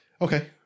Okay